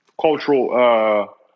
cultural